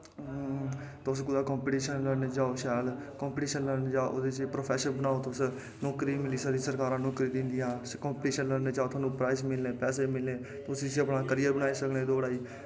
तुस कुदै कंपिटिशन करन जाओ शैल कंपिटिशन करन जाओ प्रोफैशन बनाओ नौकरी मिली सकदी सरकारां नौकरी दिंदियां कंपिट्शन लड़नें चे तुसेंगी प्राईंज़ मिलने पैहे मिलने तुस इस्सी अपना करियर बनाई सकने दौड़ा गी